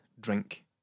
drink